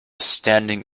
standing